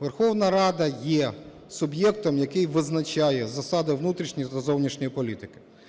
Верховна Рада є суб'єктом, який визначає засади внутрішньої та зовнішньої політики.